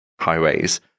highways